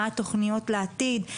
מה התכניות לעתיד,